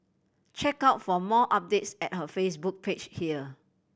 check out for more updates at her Facebook page here